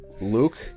Luke